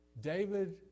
David